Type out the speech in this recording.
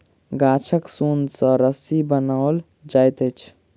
गाछक सोन सॅ रस्सी बनाओल जाइत अछि